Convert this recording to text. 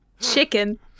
Chicken